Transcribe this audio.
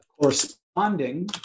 corresponding